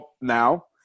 now